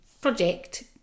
project